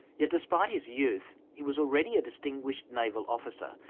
yet despite his youth, he was already a distinguished naval officer,